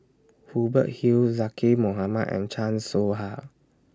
Hubert Hill Zaqy Mohamad and Chan Soh Ha